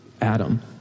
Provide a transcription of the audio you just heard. Adam